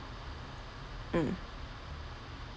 mm